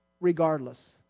Regardless